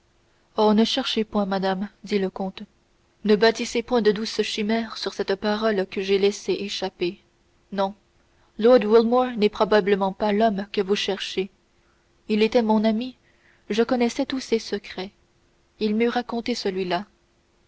ne cherchez point madame dit le comte ne bâtissez point de douces chimères sur cette parole que j'ai laissé échapper non lord wilmore n'est probablement pas l'homme que vous cherchez il était mon ami je connaissais tous ses secrets il m'eût raconté celui-là